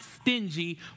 stingy